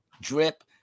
drip